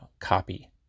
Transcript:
copy